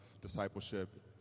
discipleship